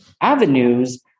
Avenues